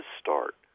start